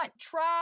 try